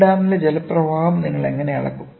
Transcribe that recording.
ഒരു ഡാമിലെ ജലപ്രവാഹം നിങ്ങൾ എങ്ങനെ അളക്കും